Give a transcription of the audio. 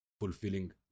fulfilling